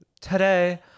today